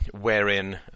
wherein